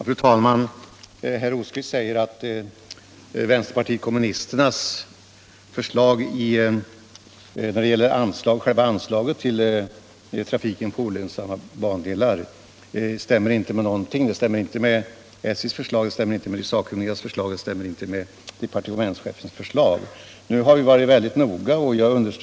Fru talman! Herr Rosqvist säger att vänsterpartiet kommunisternas förslag när det gäller själva anslaget till trafiken på olönsamma bandelar inte stämmer med någonting — inte med SJ:s förslag, inte med de sakkunnigas förslag och inte med departementschefens förslag. Vi har varit väldigt noggranna i vår behandling av denna fråga.